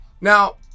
Now